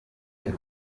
muri